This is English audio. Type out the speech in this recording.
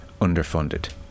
underfunded